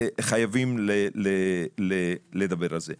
חייבים לדבר על זה.